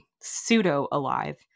pseudo-alive